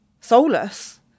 soulless